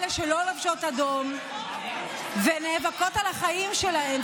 ואלה שלא לובשות אדום ונאבקות על החיים שלהן,